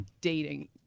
dating